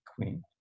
Queen